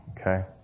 Okay